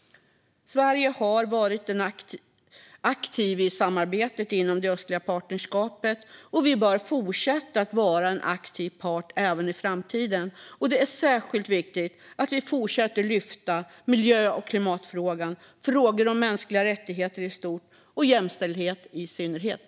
Sverige har varit aktivt i samarbetet inom det östliga partnerskapet, och vi bör fortsätta vara en aktiv part även i framtiden. Det är särskilt viktigt att vi fortsätter att lyfta miljö och klimatfrågan liksom frågor om mänskliga rättigheter i stort och jämställdhet i synnerhet.